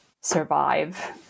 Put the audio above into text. survive